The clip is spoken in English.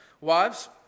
Wives